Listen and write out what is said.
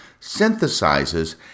synthesizes